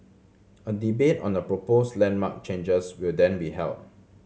a debate on the proposed landmark changes will then be held